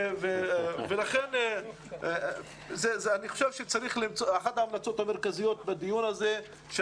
אני חושב שאחת ההמלצות המרכזיות בדיון הזה צריכה